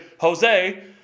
Jose